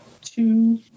two